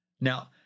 Now